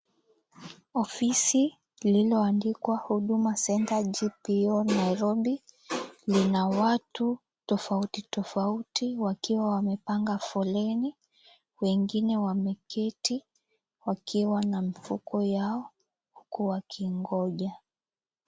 Ofisi lililoandikwa huduma centre GPO Nairobi, lina watu tofauti tofauti wakiwa wamepanga foleni, wengine wameketi wakiwa na mifuko yao huku wakingoja.